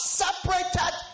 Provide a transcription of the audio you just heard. separated